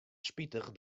spitich